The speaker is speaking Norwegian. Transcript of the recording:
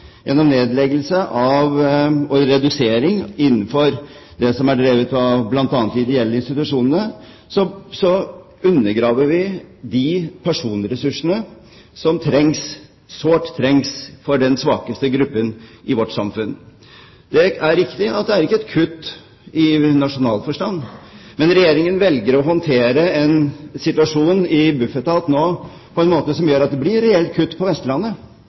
Gjennom nedleggelse og redusering innenfor det som er drevet av bl.a. de ideelle institusjonene, undergraver vi de personressursene som sårt trengs for den svakeste gruppen i vårt samfunn. Det er riktig at det er ikke et kutt i nasjonal forstand. Men Regjeringen velger nå å håndtere en situasjon i Bufetat på en måte som gjør at det blir et reelt kutt i barnevernskapasiteten på Vestlandet.